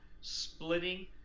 splitting